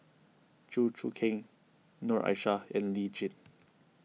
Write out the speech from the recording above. Chew Choo Keng Noor Aishah and Lee Tjin